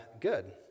good